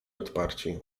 odparci